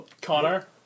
Connor